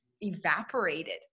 evaporated